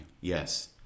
Yes